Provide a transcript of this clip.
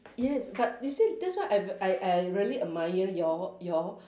yes but you see that's why I I I really admire your your